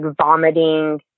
vomiting